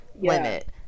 limit